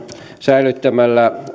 säilyttämällä